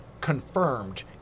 confirmed